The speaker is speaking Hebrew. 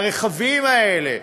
הרחבים האלה,